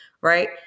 right